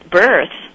birth